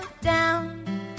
down